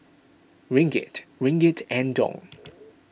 Ringgit Ringgit and Dong